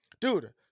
Dude